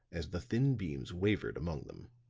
as the thin beams wavered among them.